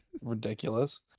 ridiculous